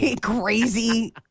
crazy